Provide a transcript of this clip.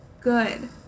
good